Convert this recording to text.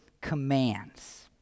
commands